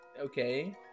okay